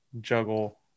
juggle